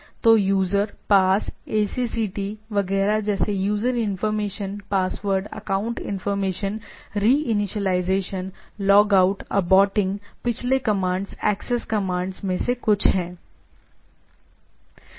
तो USER PASS ACCT वगैरह जैसे user information password account information reinitialization logout aborting पिछले कमांड्स एक्सेस कमांड्स में से कुछ हैं